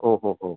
ഓ ഹോ ഹോ